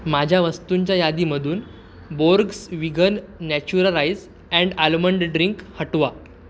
माझ्या वस्तूंच्या यादीमधून Borges vegan natura rice and almond drink हटवा